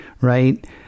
right